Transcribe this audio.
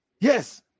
Yes